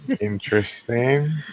Interesting